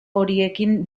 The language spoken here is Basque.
horiekin